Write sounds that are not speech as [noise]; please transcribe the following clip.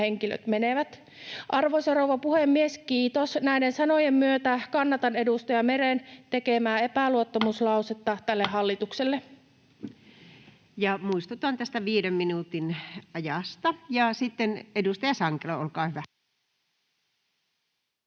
henkilöt menevät. Arvoisa rouva puhemies! Kiitos. [noise] Näiden sanojen myötä kannatan edustaja Meren tekemää epäluottamuslausetta tälle hallitukselle. Muistutan tästä 5 minuutin ajasta. — Sitten edustaja Sankelo, olkaa hyvä.